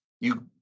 you-